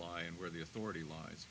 lie and where the authority lies